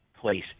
place